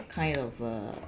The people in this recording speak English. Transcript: kind of a